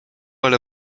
ale